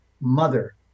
mother